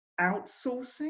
outsourcing